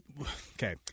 Okay